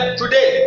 today